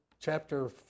chapter